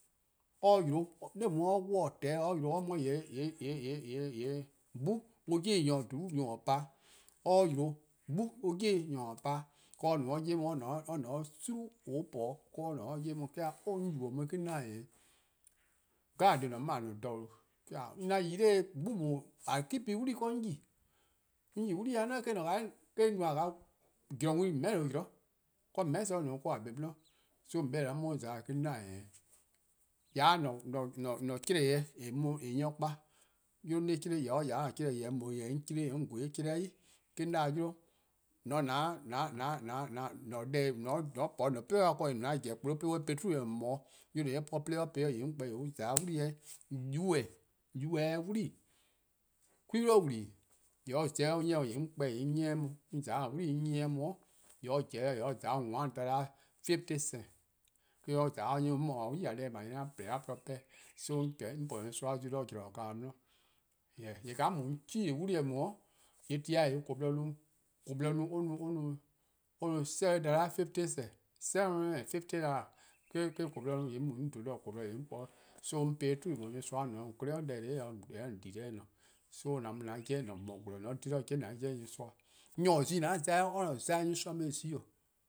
Or 'yle, 'de :dha or 'wluh-a :or :tehn-a 'o, or 'yle :yee' 'gbu on 'yi tutu nyor-a pa, or 'yle 'gbu on 'yi 'i nyor pa. ka or no 'de or 'ye 'on, or :ne 'o :gwie: on po-a 'do :wor or :ne 'de or 'ye on. 'De or 'da 'o 'on yubo: :on 'weh 'o, 'de 'on 'da een dhih 'jeh mor-: 'mor-: :a ne :dha :due', 'de or 'da :ao'. 'De or 'da 'on yi 'nor 'gbu :a keepin-a 'wlii 'do :wor 'on yi, 'on yi 'o 'wlii eh 'we 'beh-dih en 'ye 'we :meheh'lo no zean', :meheh' 'sorn no :wor :dhe-dih :a :ne 'de 'di zean', so, :on 'beh-dih: :on 'ye 'on :za-dih: :e? 'De 'on 'da keen. :ya 'de :an :chlee-deh :eh nyor kpa, 'yle 'on 'ye-eh chle, 'de or mu or :ya 'de or-a'a: chlee-deh, 'de 'on chle-eh eh :gweh 'i, 'de 'on 'da 'yle :on 'ye 'o an-a' deh :an po-a 'o :an pepa ken :eh no-a an-a' :ji-eh: kplo 'de an po-eh truh :eh :mor 'o 'yle :on 'ye 'o po, 'de or po-eh 'o, 'de on kpa-eh, :yee' on :za 'o 'wlii 'weh, us-a 'wlii, 'kwi 'bli :wlii, 'de on :za 'o on 'nyi 'on, :yee' 'on kpa-eh :yee' 'on 'nyi-uh on, 'on :za 'o or-a'a: 'wlii 'on 'nyi 'or on, :yee' or pobo 'o or :za 'o one dollars fifty cent eh-: or 'nyi 'on, 'mor or se-a tior deh 'ble :yee' 'an :porluh 'pehn-dih. So 'on po nyorsoa zio' 'de 'we-eh kind :dao' 'di. :yee' :ka 'on mu-a 'de 'on change-a 'wli-eh :dao', ti :dao' :yee' :koo-borlor no seven dollars fifty cents, sevev hundred and fifty dollars, :yee' 'on mu 'on dhen-a :koo:-borlor' :yee' 'on kpa-or. So 'on po-eh truh :mor nyorsoa :ne 'o :on 'klei' deh :dele' :eh 'ye-a :on :dhile: eh se :ne. So :mor gwlor-nyor :mo :on :dhe-dih :yee' 'nyi-a 'jeh nyorsoa. Nyor :or zi-a zabe, nyorsoa-a' mu or zabe :zi